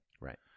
Right